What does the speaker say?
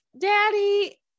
Daddy